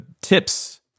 tips